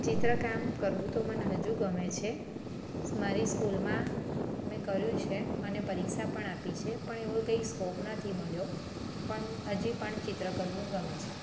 ચિત્રકામ કરવું તો મને હજુ ગમે છે મારી સ્કૂલમાં મેં કર્યું છે અને પરીક્ષા પણ આપી છે પણ એવો કંઈ સ્કોપ નથી મળ્યો પણ હજી પણ ચિત્ર કરવું ગમે છે